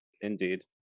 Indeed